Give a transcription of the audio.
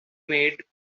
made